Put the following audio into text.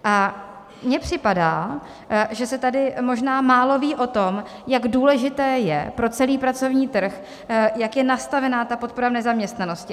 A mně připadá, že se tady možná málo ví o tom, jak důležité je, pro celý pracovní trh, jak je nastavená podpora v nezaměstnanosti.